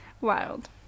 Wild